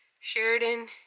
Sheridan